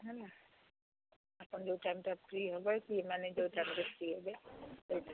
ହେଲା ଆପଣ ଯେଉଁ ଟାଇମଟା ଫ୍ରି ହବ ଫ୍ରି ମାନେ ଯେଉଁ ଟାଇମଟା ଫ୍ରି ହେବେ